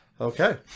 Okay